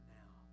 now